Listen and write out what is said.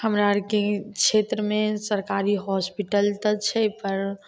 हमरा आरके क्षेत्रमे सरकारी हॉस्पिटल तऽ छै पर